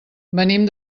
venim